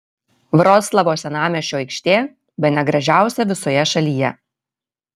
vroclavo senamiesčio aikštė bene gražiausia visoje šalyje